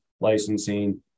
licensing